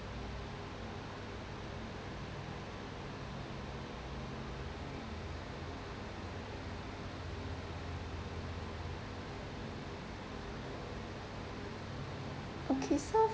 okay so